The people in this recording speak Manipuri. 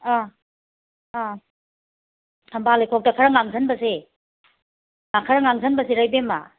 ꯑꯥ ꯑꯥ ꯊꯝꯕꯥꯜ ꯂꯩꯈꯣꯛꯇ ꯈꯔ ꯉꯥꯡꯓꯟꯕꯁꯦ ꯈꯔ ꯉꯥꯡꯓꯟꯕꯖꯤꯔꯥ ꯏꯕꯦꯝꯃ